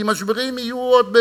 כי משברים יהיו עוד,